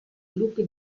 gruppi